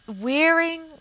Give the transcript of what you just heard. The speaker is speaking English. wearing